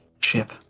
ship